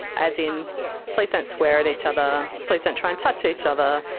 as in please don't swear at each other, please don't try and touch each other,